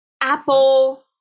Apple